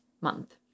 month